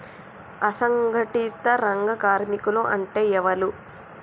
అసంఘటిత రంగ కార్మికులు అంటే ఎవలూ?